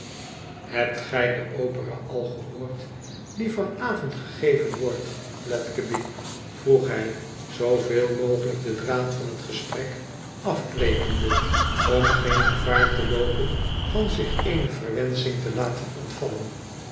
hebt gij de opera al gehoord die van avond gegeven wordt fledgeby vroeg hij zooveel mogelijk den draad van het gesprek af brekende om geen gevaar te loopen van zich eene verwenschmg te laten ontvallen